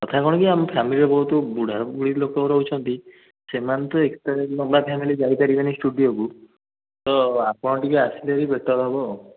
କଥା କ'ଣ କି ଆମ ଫ୍ୟାମିଲିରେ ବହୁତ ବୁଢ଼ାବୁଢ଼ୀ ଲୋକ ରହୁଛନ୍ତି ସେମାନେ ତ ଏତେ ଲମ୍ବା ଫ୍ୟାମିଲି ଯାଇପାରିବେ ନାହିଁ ଷ୍ଟୁଡ଼ିଓକୁ ତ ଆପଣ ଟିକେ ଆସିଲେ ବି ବେଟର୍ ହେବ ଆଉ